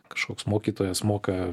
kažkoks mokytojas moka